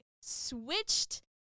switched